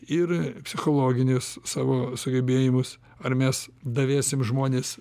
ir psichologinius savo sugebėjimus ar mes davesim žmones